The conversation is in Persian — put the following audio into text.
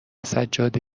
سجاده